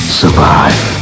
survive